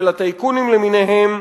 של הטייקונים למיניהם,